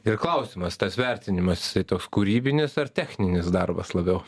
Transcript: ir klausimas tas vertinimas jisai toks kūrybinis ar techninis darbas labiau